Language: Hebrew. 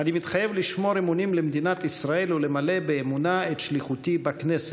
"אני מתחייב לשמור אמונים למדינת ישראל ולמלא באמונה את שליחותי בכנסת".